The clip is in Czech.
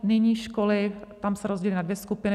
Nyní školy tam se rozdělily na dvě skupiny.